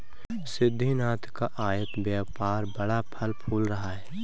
सिद्धिनाथ का आयत व्यापार बड़ा फल फूल रहा है